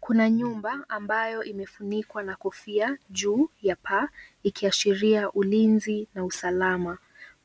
Kuna nyumba ambayo imefunikwa na kofia juu ya paa ikiashiria ulinzi na usalama.